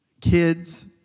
kids